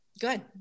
Good